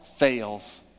fails